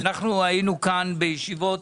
אנחנו היינו כאן בישיבות